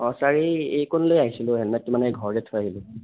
অঁ চাৰ এই এইকণলৈ আহিছিলোঁ হেলমেটটো মানে ঘৰতে থৈ আহিলোঁ